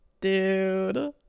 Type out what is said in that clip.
dude